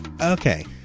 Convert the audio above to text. okay